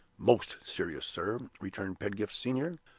most serious, sir, returned pedgift senior.